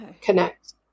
connect